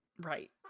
Right